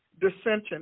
dissension